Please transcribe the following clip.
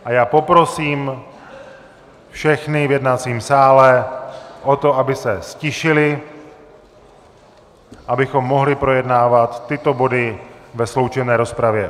A já poprosím všechny v jednacím sále o to, aby se ztišili, abychom mohli projednávat tyto body ve sloučené rozpravě.